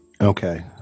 Okay